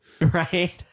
Right